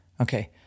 Okay